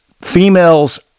females